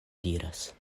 diras